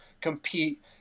compete